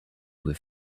with